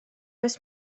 oes